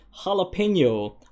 Jalapeno